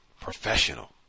...professional